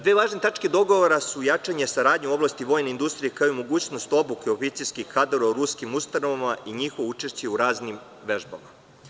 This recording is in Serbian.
Dve važne tačke dogovora su jačanje saradnje u oblasti vojne industrije, kao i mogućnost obuke oficirskih kadrova u ruskim ustanovama i njihovo učešće u raznim vežbama.